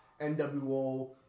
NWO